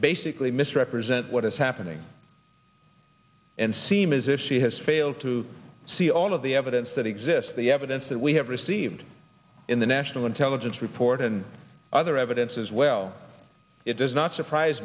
basically misrepresent what is happening and seem as if she has failed to see all of the evidence that exists the evidence that we have received in the national intelligence report and other evidence as well it does not surprise